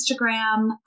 Instagram